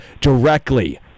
directly